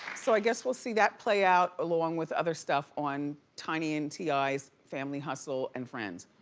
so i guess we'll see that play out along with other stuff on tiny and ti's family hustle and friends.